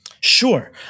Sure